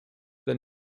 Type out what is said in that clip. the